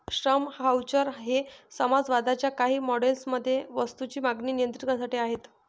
श्रम व्हाउचर हे समाजवादाच्या काही मॉडेल्स मध्ये वस्तूंची मागणी नियंत्रित करण्यासाठी आहेत